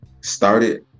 started